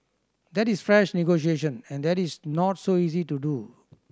that is fresh negotiation and that is not so easy to do